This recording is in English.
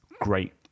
Great